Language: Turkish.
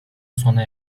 sona